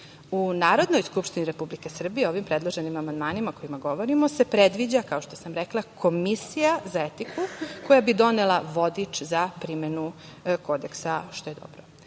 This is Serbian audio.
Narodnoj skupštini Republike Srbije ovim predloženim amandmanima o kojima govorimo se predviđa, kao što sam rekla, Komisija za etiku koja bi donela vodič za primenu kodeksa, što je dobro. Da